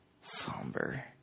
somber